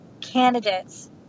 candidates